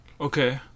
okay